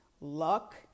luck